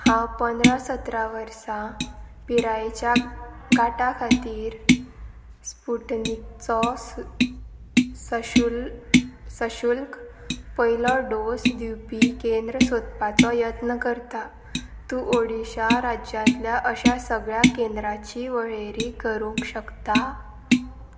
हांव पंदरा सतरा वर्सां पिरायेच्या गाटा खातीर स्पुटनिकचो सशुल सशुल्क पयलो डोस दिवपी केंद्र सोदपाचो यत्न करता तूं ओडिशा राज्यांतल्या अशा सगळ्या केंद्राची वळेरी करूंक शकता